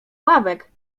ławek